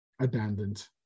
abandoned